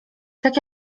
tak